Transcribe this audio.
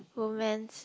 bromance